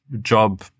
job